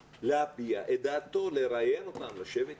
להביע את דעתו, לראיין אותם, לשבת איתם.